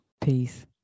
Peace